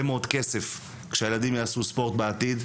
מאוד כסף כשהילדים יעשו ספורט בעתיד,